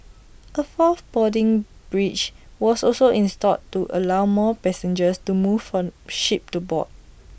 A fourth boarding bridge was also installed to allow more passengers to move from ship to port